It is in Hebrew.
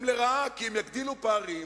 כי הן יגדילו פערים,